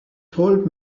told